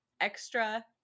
extra